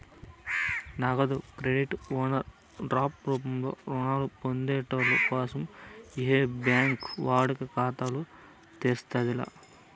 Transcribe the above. నగదు credit overdraft రూపంలో రుణాలు పొందేటోళ్ళ కోసం ఏ బ్యాంకి వాడుక ఖాతాలు తెర్సేది లా